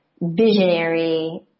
visionary